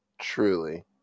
Truly